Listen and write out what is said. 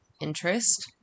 interest